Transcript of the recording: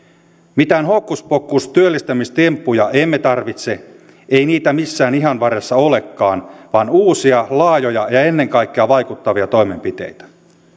mitään hokkuspokkustyöllistämistemppuja emme tarvitse ei niitä missään hihan varressa olekaan vaan uusia laajoja ja ennen kaikkea vaikuttavia toimenpiteitä